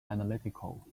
analytical